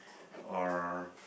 or